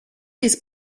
these